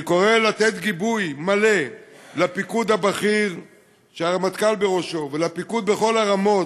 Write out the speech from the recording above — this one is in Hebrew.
אני קורא לתת גיבוי מלא לפיקוד הבכיר שהרמטכ"ל בראשו ולפיקוד בכל הרמות,